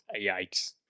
Yikes